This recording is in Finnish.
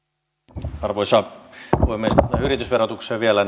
arvoisa puhemies yritysverotukseen vielä